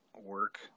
work